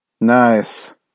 Nice